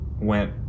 went